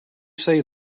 say